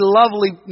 lovely